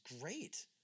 great